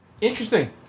Interesting